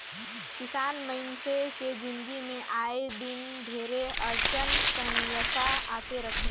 किसान मइनसे के जिनगी मे आए दिन ढेरे अड़चन समियसा आते रथे